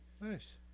Nice